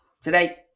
today